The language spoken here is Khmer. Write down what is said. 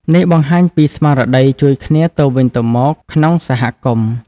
នេះបង្ហាញពីស្មារតីជួយគ្នាទៅវិញទៅមកក្នុងសហគមន៍។